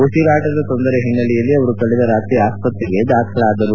ಉಸಿರಾಟದ ತೊಂದರೆ ಹಿನ್ನೆಲೆಯಲ್ಲಿ ಅವರು ಕಳೆದ ರಾತ್ರಿ ಆಸ್ಸತ್ರೆಗೆ ದಾಖಲಾದರು